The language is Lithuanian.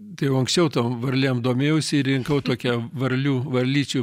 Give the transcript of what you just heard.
tai jau anksčiau tom varlėm domėjausi ir rinkau tokią varlių varlyčių